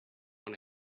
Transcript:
want